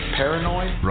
paranoid